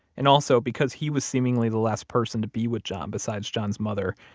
and also because he was seemingly the last person to be with john besides john's mother,